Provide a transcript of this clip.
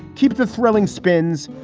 keep the thrilling spins,